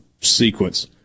sequence